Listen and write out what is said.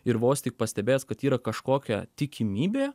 ir vos tik pastebėjęs kad yra kažkokia tikimybė